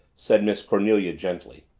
said miss cornelia gently.